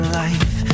life